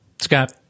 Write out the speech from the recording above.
Scott